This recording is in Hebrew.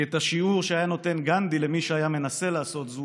כי את השיעור שהיה נותן גנדי למי שהיה מנסה לעשות זאת